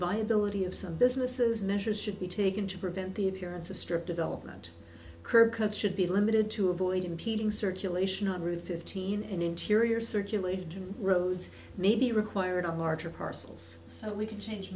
viability of some businesses measures should be taken to prevent the appearance of strip development curb cuts should be limited to avoid impeding circulation on route fifteen and interior circulated to roads may be required on larger parcels so we can change